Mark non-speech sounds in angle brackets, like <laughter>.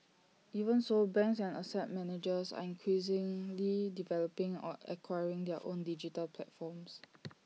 even so banks and asset managers are increasingly <noise> developing or acquiring their own digital platforms